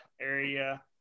area